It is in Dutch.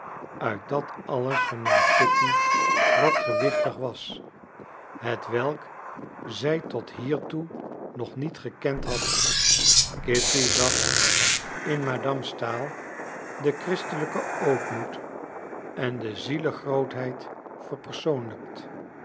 uit dat alles vernam kitty wat gewichtig was hetwelk zij tot hiertoe nog niet gekend had kitty zag in madame stahl den christelijken ootmoed en de zielegrootheid verpersoonlijkt